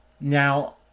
Now